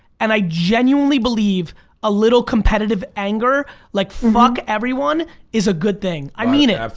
and i genuinely believe a little competitive anger like fuck everyone is a good thing. i mean it,